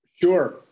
Sure